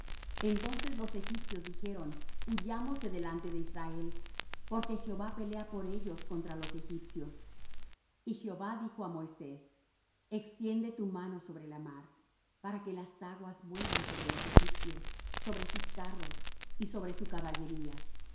entonces los egipcios dijeron huyamos de delante de israel porque jehová pelea por ellos contra los egipcios y jehová dijo á moisés extiende tu mano sobre la mar para que las aguas vuelvan sobre los egipcios sobre sus carros y sobre su caballería